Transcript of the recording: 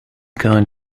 going